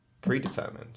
predetermined